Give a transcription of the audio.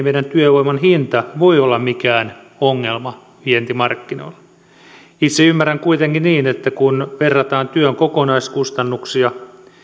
meidän työvoiman hinta voi olla mikään ongelma vientimarkkinoilla itse ymmärrän kuitenkin niin että kun verrataan työn kokonaiskustannuksia